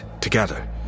together